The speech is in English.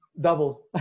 double